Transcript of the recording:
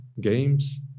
games